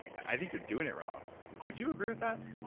i think you're doing it wrong. would you agree with that?